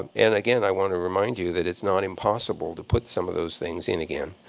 and, again, i want to remind you that it's not impossible to put some of those things in again.